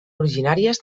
originàries